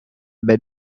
ben